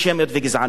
תודה רבה לאדוני.